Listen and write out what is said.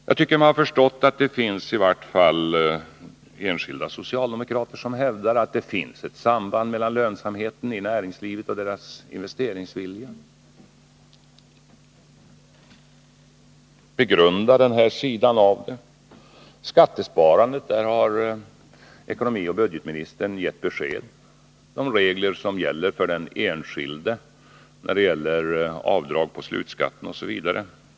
Jag tycker mig ha förstått att i vart fall enskilda socialdemokrater hävdar att det finns ett samband mellan lönsamheten i näringslivet och deras investeringsvilja. Begrunda denna sida av saken! När det gäller skattesparandet har ekonomioch budgetministern gett besked om de regler som gäller för den enskilde i fråga om avdrag på slutskatten osv.